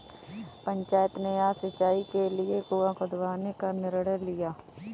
पंचायत ने आज सिंचाई के लिए कुआं खुदवाने का निर्णय लिया है